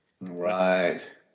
Right